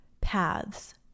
paths